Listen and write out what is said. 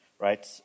right